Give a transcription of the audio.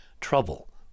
trouble